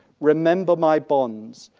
remember my bonds,